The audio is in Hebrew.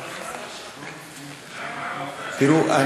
תראו,